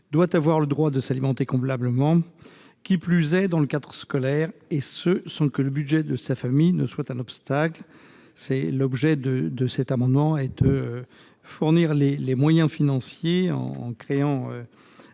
doit avoir le droit de s'alimenter convenablement, qui plus est dans le cadre scolaire, et ce sans que le budget de sa famille ne soit un obstacle. L'objet de cet amendement est donc d'ouvrir des crédits,